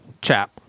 chap